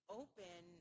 open